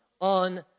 on